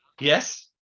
Yes